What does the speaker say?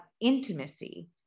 intimacy